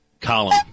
column